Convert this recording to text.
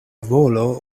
volo